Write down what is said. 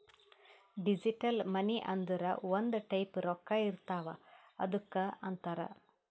digital money ಅಂದುರ್ ಒಂದ್ type ರೊಕ್ಕಾ ಇರ್ತಾವ್ ಅದ್ದುಕ್ ಅಂತಾರ್